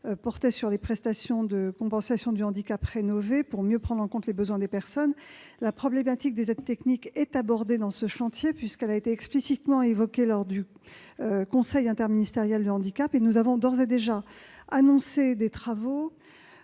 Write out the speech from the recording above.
rénovation des prestations de compensation du handicap pour mieux prendre en compte les besoins des personnes. La problématique des aides techniques a été abordée dans le cadre de ce chantier, puisqu'elle a été explicitement évoquée lors du conseil interministériel du handicap. Nous avons d'ores et déjà engagé, en